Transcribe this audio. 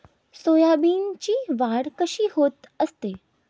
सोयाबीनची वाढ कशी होत असते?